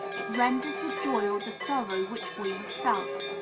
it renders the joy or the sorrow which we have felt.